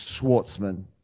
Schwartzman